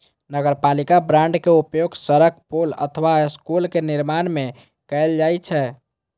नगरपालिका बांड के उपयोग सड़क, पुल अथवा स्कूलक निर्माण मे कैल जाइ छै